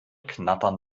knattern